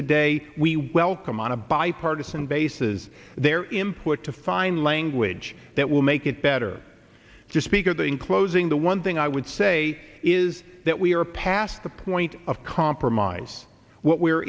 today we welcome on a bipartisan basis they're employed to find language that will make it better to speaker that in closing the one thing i would say is that we are past the point of compromise what we're